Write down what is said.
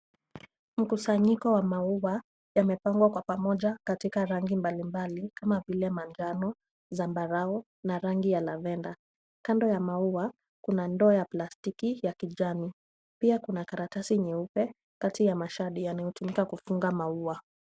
Mkusanyiko wa maua, yamepangwa kwa pamoja katika rangi mbalimbali, kama vile manjano, zambarau na rangi ya lavender. Kando ya maua kuna ndoo ya plastiki ya kijani. Pia kuna karatasi nyeupe kati ya mashadi yanayotumika kufunga maua.